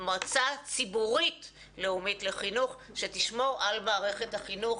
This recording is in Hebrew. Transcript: מועצה ציבורית לאומית לחינוך שתשמור על מערכת החינוך